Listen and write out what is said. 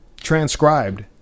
transcribed